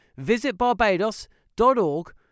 visitbarbados.org